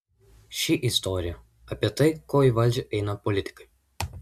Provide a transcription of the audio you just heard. ši istorija apie tai ko į valdžią eina politikai